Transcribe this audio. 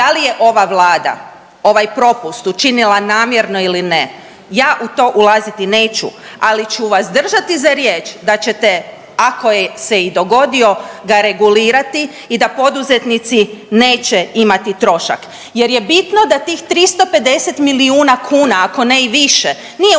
Da li je ova Vlada ovaj propust učinila namjerno ili ne ja u to ulaziti neću, ali ću vas držati za riječ da ćete ako se i dogodio ga regulirati i da poduzetnici neće imati trošak. Jer je bitno da tih 350 milijuna kuna ako ne i više nije uvijek